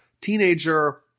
teenager